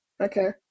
Okay